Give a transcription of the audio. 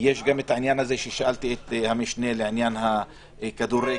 יש העניין ששאלתי את המשנה לעניין הכדורגל,